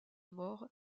mort